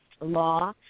law